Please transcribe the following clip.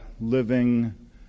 living